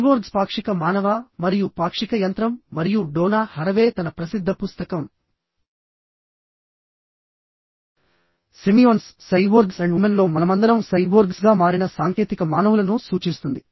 cyborgs పాక్షిక మానవ మరియు పాక్షిక యంత్రం మరియు డోనా హరవే తన ప్రసిద్ధ పుస్తకం సిమియోన్స్ సైబోర్గ్స్ అండ్ ఉమెన్ లో మనమందరం సైబోర్గ్స్గా మారిన సాంకేతిక మానవులను సూచిస్తుంది